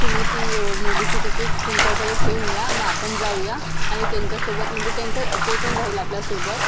तुम्ही ती मूव्वीची तिकीट तुमच्याकडे ठेऊन द्या मग आपण जाऊया आणि त्यांच्यासोबत म्हणजे त्यांचं ते पण राहील आपल्यासोबत